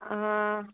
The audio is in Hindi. हाँ